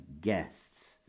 guests